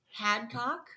Hadcock